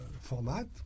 format